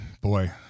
Boy